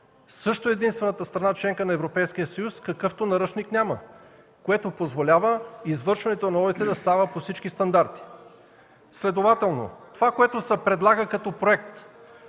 също единствената страна – членка на Европейския съюз, какъвто наръчник няма, което позволява извършването на одити да става по всички стандарти. (Реплики от ГЕРБ.) Следователно това, което се предлага като проект,